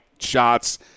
shots